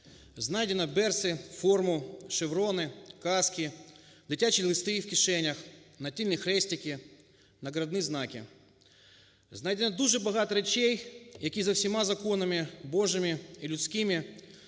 Знайдено берці, форму, шеврони, каски, дитячі листи в кишенях, натільні хрестики, нагрудні знаки. Знайдено дуже багато речей, які за всіма законами Божими і людськими мають